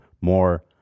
more